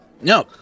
No